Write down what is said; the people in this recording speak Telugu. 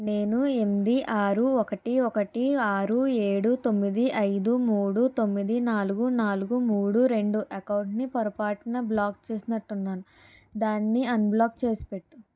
నేను ఎనిమిది ఆరు ఒకటి ఒకటి ఆరు ఏడు తొమ్మిది ఐదు మూడు తొమ్మిది నాలుగు నాలుగు మూడు రెండు అకౌంటుని పొరపాటున బ్లాక్ చేసినట్టున్నాను దాన్ని అన్బ్లాక్ చేసిపెట్టుము